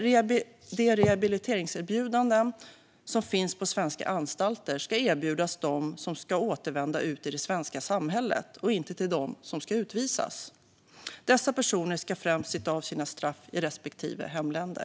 De rehabiliteringserbjudanden som finns på svenska anstalter ska erbjudas dem som ska återvända ut till det svenska samhället och inte till dem som ska utvisas. Dessa personer ska främst sitta av sina straff i sina respektive hemländer.